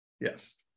Yes